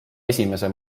esimese